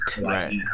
Right